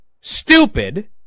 stupid